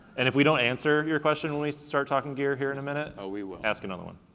and if we don't answer your question when we start talking gear here in a minute oh, we will. ask another one.